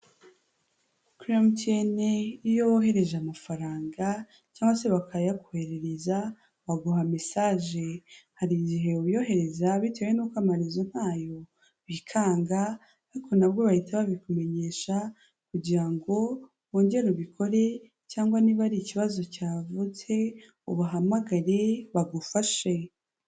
Kuri MTN iyo wohereje amafaranga, cyangwa se bakayakoherereza, baguha mesaje, hari igihe wiyoherereza bitewe n'uko amarezo ntayo bikanga, ariko nabwo bahita babikumenyesha kugira ngo wongere ubikore cyangwa niba ari ikibazo cyavutse ubahamagare bagufashe.